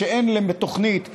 כשאין לתוכנית מטרות,